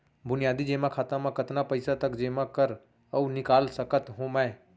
बुनियादी जेमा खाता म कतना पइसा तक जेमा कर अऊ निकाल सकत हो मैं?